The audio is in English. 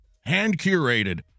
hand-curated